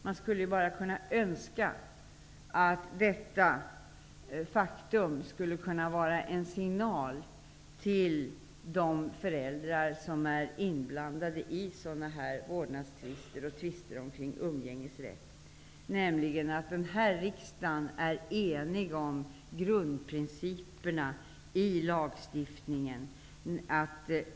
Man önskar att detta faktum skulle kunna utgöra en signal till de föräldrar som tvistar om vårdnads och umgängesrätt, att riksdagen är enig om grundprinciperna i lagstiftningen.